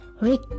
Rick